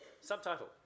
subtitle